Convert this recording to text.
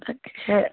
তাকেহে